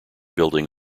building